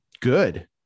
good